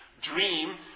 dream